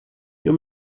you